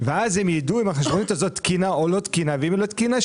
ואז הם ידעו אם החשבונית הזאת תקנה או לא תקינה ואם היא לא תקינה,